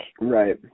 Right